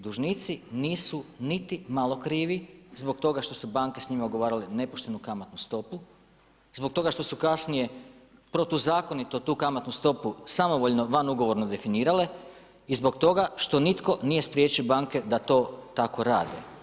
Dužnici nisu niti malo krivi zbog toga što su banke s njima ugovarale nepoštenu kamatnu stopu i zbog toga što su kasnije protuzakonito tu kamatnu stopu samovoljno, van ugovorno definirale i zbog toga što nitko nije priječio banke da to tako rade.